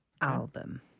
Album